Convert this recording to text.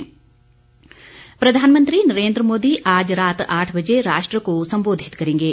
सम्बोधन प्रधानमंत्री नरेन्द्र मोदी आज रात आठ बजे राष्ट्र को संबोधित करेंगे